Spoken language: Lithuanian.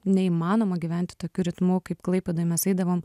neįmanoma gyventi tokiu ritmu kaip klaipėdoj mes eidavom